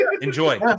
Enjoy